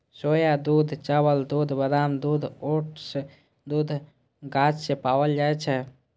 सोया दूध, चावल दूध, बादाम दूध, ओट्स दूध गाछ सं पाओल जाए छै